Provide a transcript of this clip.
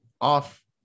off